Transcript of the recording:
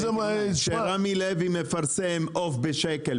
יודע --- כש"רמי לוי" מפרסם עוף בשקל,